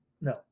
no